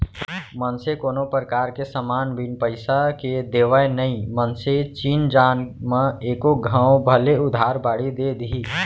मनसे कोनो परकार के समान बिन पइसा के देवय नई मनसे चिन जान म एको घौं भले उधार बाड़ी दे दिही